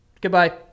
Goodbye